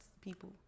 people